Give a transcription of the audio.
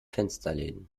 fensterläden